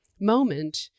moment